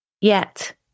Yet